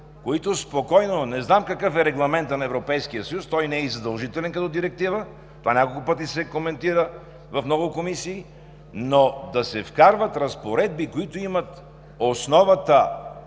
спокойно – не знам какъв е Регламентът на Европейския съюз, той не е и задължителен като директива, това се коментира няколко пъти в много комисии, но се вкарват разпоредби, които имат основата